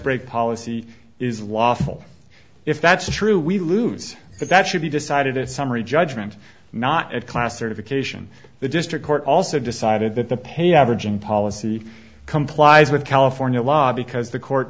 break policy is lawful if that's true we lose but that should be decided that summary judgment not at classification the district court also decided that the pay average in policy complies with california law because the court